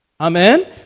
Amen